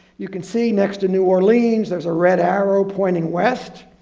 you can see next to new orleans, there's a red arrow pointing west.